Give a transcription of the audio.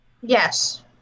Yes